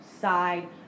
Side